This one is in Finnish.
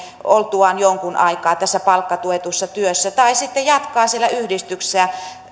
oltuaan jonkun aikaa tässä palkkatuetussa työssä tai sitten jatkaa siellä yhdistyksessä